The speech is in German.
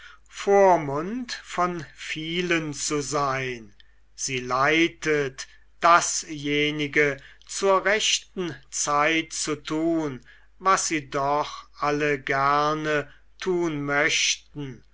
vormund von vielen zu sein sie leitet dasjenige zur rechten zeit zu tun was sie doch alle gerne tun möchten